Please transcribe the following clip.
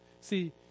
See